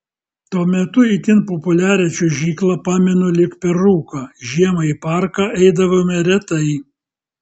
tuo metu itin populiarią čiuožyklą pamenu lyg per rūką žiemą į parką eidavome retai